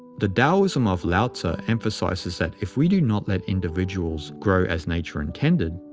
the taoism of lao-tzu emphasizes that if we do not let individuals grow as nature intended,